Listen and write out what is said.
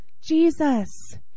Jesus